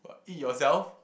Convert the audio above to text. eat yourself